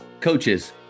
coaches